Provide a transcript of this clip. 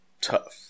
tough